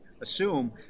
assume